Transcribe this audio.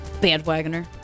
Bandwagoner